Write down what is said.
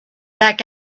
back